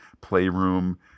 playroom